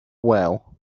well